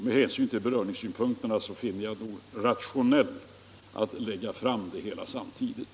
Med hänsyn till beröringspunkterna finner jag det rationellt att lägga fram ställningstagandena samtidigt.